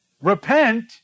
Repent